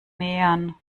nähern